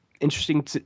interesting